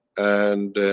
and.